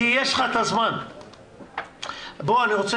גם אם זה